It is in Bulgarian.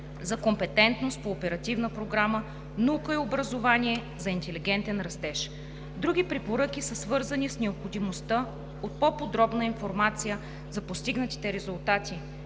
за компетентност по Оперативна програма „Наука и образование за интелигентен растеж“. Други препоръки са свързани с необходимостта от по-подробна информация за постигнатите резултати